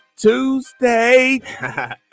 Tuesday